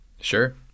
sure